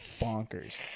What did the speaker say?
bonkers